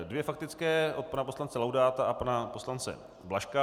Dvě faktické od pana poslance Laudáta a pana poslance Blažka.